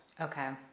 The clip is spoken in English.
Okay